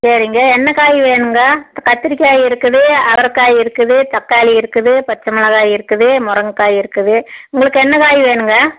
சரிங்க என்ன காய் வேணும்ங்க கத்திரிக்காய் இருக்குது அவரக்காய் இருக்குது தக்காளி இருக்குது பச்ச்சைமிளகாய் இருக்குது முருங்கக்காய் இருக்குது உங்களுக்கு என்ன காய் வேணும்ங்க